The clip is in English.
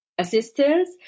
Assistance